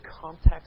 context